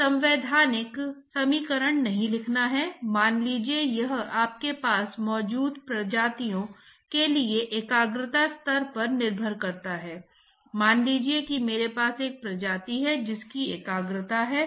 क्योंकि द्रव कण जो वास्तव में मान लें कि y से ऊपर 0 के बराबर है वे भी तापमान तक पहुंच जाएंगे जो प्लेट तापमान के करीब है